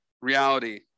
reality